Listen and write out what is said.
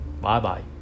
Bye-bye